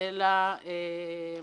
אלא גם